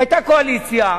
היתה קואליציה,